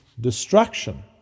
destruction